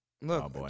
Look